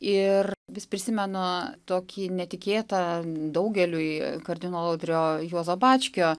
ir vis prisimenu tokį netikėtą daugeliui kardinolo audrio juozo bačkio